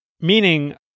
Meaning